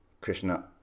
Krishna